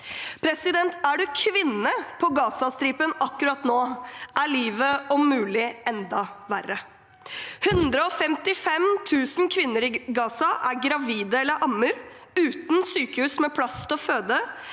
fred. Er du kvinne på Gazastripen akkurat nå, er livet om mulig enda verre. 155 000 kvinner i Gaza er gravide eller ammer, uten sykehus med plass til å føde.